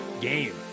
Game